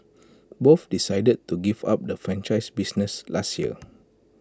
both decided to give up the franchise business last year